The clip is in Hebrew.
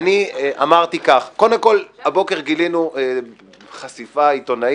הליכוד והמדינה חד הם.